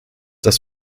das